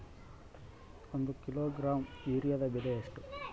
ಒಂದು ಕಿಲೋಗ್ರಾಂ ಯೂರಿಯಾದ ಬೆಲೆ ಎಷ್ಟು?